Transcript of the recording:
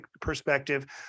perspective